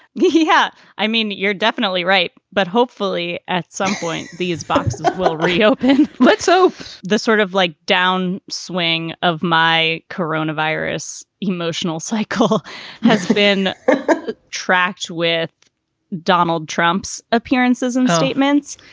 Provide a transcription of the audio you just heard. yeah have i mean, you're definitely right. but hopefully at some point these books will reopen but so the sort of like down swing of my corona virus emotional cycle has been tracked with donald trump's appearances and statements,